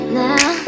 now